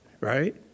right